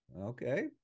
Okay